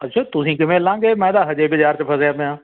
ਅੱਛਾ ਤੁਸੀਂ ਕਿਵੇਂ ਲੰਘ ਗਏ ਮੈਂ ਤਾਂ ਹਜੇ ਬਾਜ਼ਾਰ 'ਚ ਫਸਿਆ ਪਿਆ